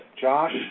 Josh